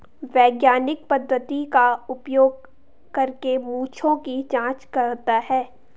वैज्ञानिक पद्धति का उपयोग करके मुद्दों की जांच करता है